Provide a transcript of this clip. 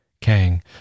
Kang